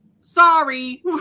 Sorry